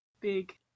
big